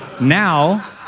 now